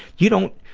you don't,